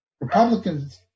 Republicans